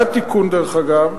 היה תיקון, דרך אגב,